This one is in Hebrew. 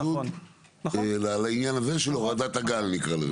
פשוט לעניין הזה של הורדת הגל, נקרא לזה ככה.